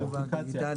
דיגיטליים.